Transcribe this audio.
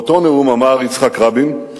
באותו נאום אמר יצחק רבין: